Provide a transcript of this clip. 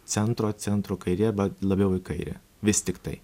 centro centro kairė arba labiau į kairę vis tiktai